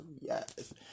yes